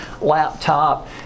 laptop